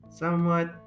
somewhat